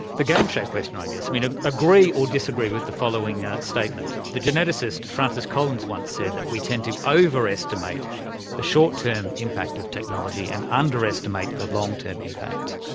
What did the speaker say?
the game-show question i guess. i mean ah agree, or disagree with the following statement the geneticist, francis collins once said that we tend to over-estimate the short-term impact of technology, and underestimate the long-term impact.